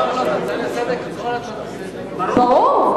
ברור.